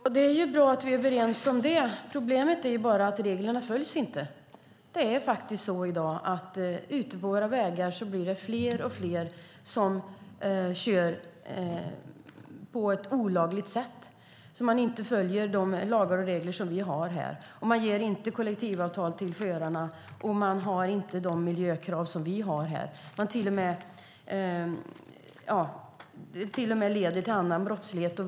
Herr talman! Det är bra att vi är överens om det. Problemet är bara att reglerna inte följs. I dag är det faktiskt så att det blir fler och fler som kör på ett olagligt sätt ute på våra vägar. Man följer inte de lagar och regler som vi har här. Förarna omfattas inte av kollektivavtal, och man uppfyller inte de miljökrav som vi har här. Det leder till och med till annan brottslighet.